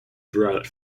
throughout